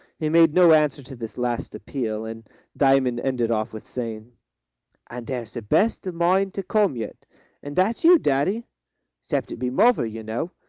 he made no answer to this last appeal, and diamond ended off with saying and there's the best of mine to come yet and that's you, daddy except it be mother, you know.